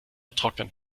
trocknet